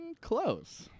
Close